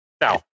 Now